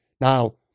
Now